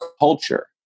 culture